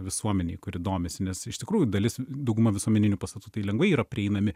visuomenei kuri domisi nes iš tikrųjų dalis dauguma visuomeninių pastatų tai lengvai yra prieinami